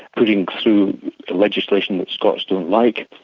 putting through legislation which scots don't like,